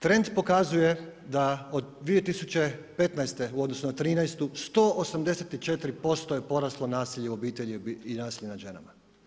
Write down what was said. Trend pokazuje da od 2015. u odnosu na 2013. 184% je poraslo nasilje u obitelji i nasilje nad ženama.